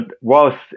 whilst